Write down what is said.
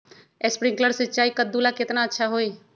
Sprinkler सिंचाई कददु ला केतना अच्छा होई?